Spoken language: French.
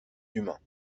humains